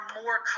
more